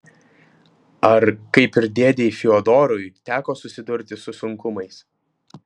ar kaip ir dėdei fiodorui teko susidurti su sunkumais